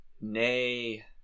Nay